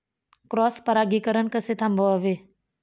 Cross परागीकरण कसे थांबवावे?